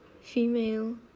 Female